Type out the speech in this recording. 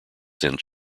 since